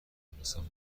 بیمارستان